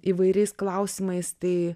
įvairiais klausimais tai